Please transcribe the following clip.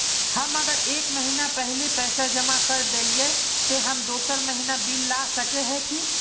हम अगर एक महीना पहले पैसा जमा कर देलिये ते हम दोसर महीना बिल ला सके है की?